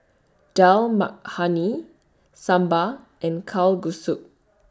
Dal Makhani Sambar and Kalguksu